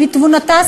בתבונתה,